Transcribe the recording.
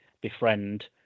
befriend